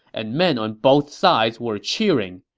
and men on both sides were cheering.